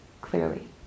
clearly